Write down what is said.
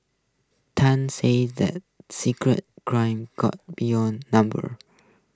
Tan said the secret crime car beyond numbers